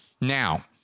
Now